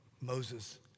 Moses